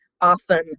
often